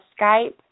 Skype